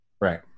right